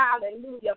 Hallelujah